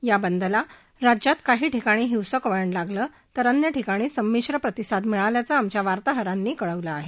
या बंदला राज्यात काही ठिकाणी हिसंक वळण लागले तर अन्य ठिकाणी समिश्र प्रतिसाद मिळाल्याचं आमच्या वार्ताहारानी कळवलं आहे